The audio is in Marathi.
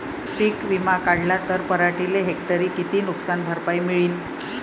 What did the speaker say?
पीक विमा काढला त पराटीले हेक्टरी किती नुकसान भरपाई मिळीनं?